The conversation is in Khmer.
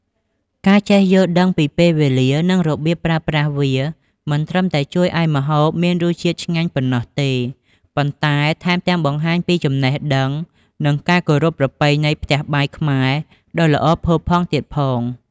ការចេះយល់ដឹងពីពេលវេលា និងរបៀបប្រើប្រាស់វា មិនត្រឹមតែជួយឲ្យម្ហូបមានរសជាតិឆ្ងាញ់ប៉ុណ្ណោះទេ ប៉ុន្តែថែមទាំងបង្ហាញពីចំណេះដឹង និងការគោរពប្រពៃណីផ្ទះបាយខ្មែរដ៏ល្អផូរផង់ទៀតផង។